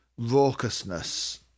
raucousness